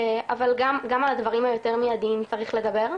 אבל גם על הדברים היותר מיידיים צריך לדבר.